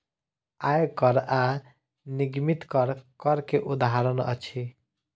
आय कर आ निगमित कर, कर के उदाहरण अछि